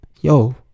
yo